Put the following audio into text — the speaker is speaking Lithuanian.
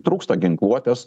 trūksta ginkluotės